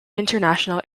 international